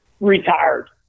retired